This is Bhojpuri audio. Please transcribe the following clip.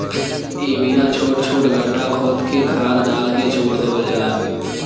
इमिना छोट छोट गड्ढा खोद के खाद डाल के छोड़ देवल जाला